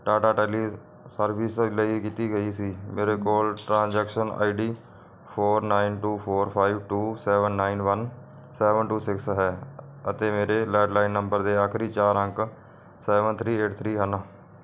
Tata tele service ਲਈ ਕੀਤੀ ਗਈ ਸੀ ਮੇਰੇ ਕੋਲ transaction I D four nine two four five two seven nine one seven two six ਹੈ ਅਤੇ ਮੇਰੇ ਲੈਂਡਲਾਈਨ ਨੰਬਰ ਦੇ ਆਖਰੀ ਚਾਰ ਅੰਕ ਸੈਵਨ ਥ੍ਰੀ ਏਟ ਥ੍ਰੀ ਹਨ